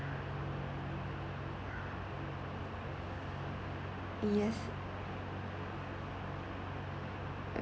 yes